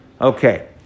Okay